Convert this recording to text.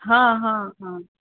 हॅं हॅं हॅं